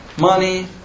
Money